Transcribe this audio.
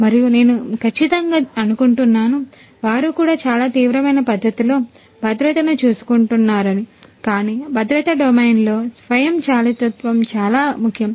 మరియు నేను ఖచ్చితంగా అనుకుంటున్నాను వారు కూడా చాలా తీవ్రమైన పద్ధతిలో భద్రతను చూసుకుంటున్నారని కాని భద్రతా డొమైన్లో స్వయంచాలితత్వం చాలా ముఖ్యం